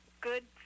good